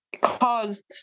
caused